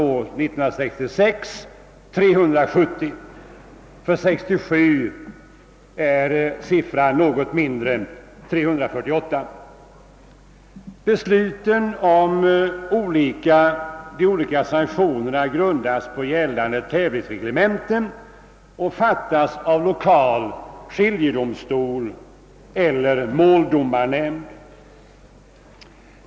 För 1967 är siffran något lägre — 348. Besluten om de olika sanktionerna grundas på gällande tävlingsreglemente och fattas av lokal skiljedomstol eller måldomarnämnd.